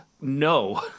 No